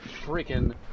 freaking